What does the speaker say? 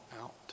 out